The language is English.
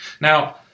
Now